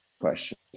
question